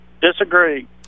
Disagree